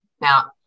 Now